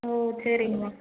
ஓ சரிங்கம்மா